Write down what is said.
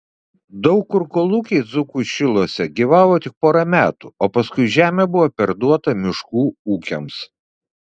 daug kur kolūkiai dzūkų šiluose gyvavo tik porą metų o paskui žemė buvo perduota miškų ūkiams